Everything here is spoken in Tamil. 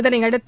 இதனையடுத்து